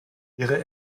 ihre